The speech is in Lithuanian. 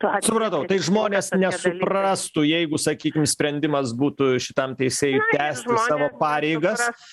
supratau tai žmonės nesuprastų jeigu sakykim sprendimas būtų šitam teisėjui tęsti savo pareigas